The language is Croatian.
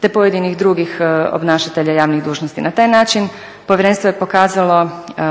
te pojedinih drugih obnašatelja javnih dužnosti. Na taj način Povjerenstvo je pokazalo